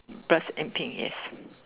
brass and thing yes